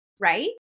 right